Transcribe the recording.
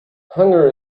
hunger